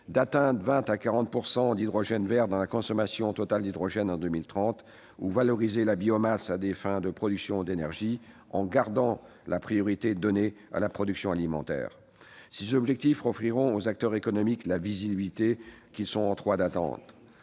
à atteindre 20 à 40 % d'hydrogène vert dans la consommation totale d'hydrogène en 2030 et à valoriser la biomasse à des fins de production d'énergie, en maintenant la priorité donnée à la production alimentaire. Ces objectifs offriront aux acteurs économiques la visibilité qu'ils sont en droit d'attendre.